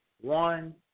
One